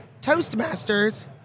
Toastmasters